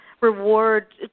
reward